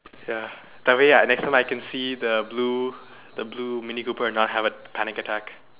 ya tell me ah next time I can see the blue the blue mini cooper and not have a panic attack